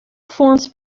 forms